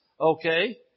Okay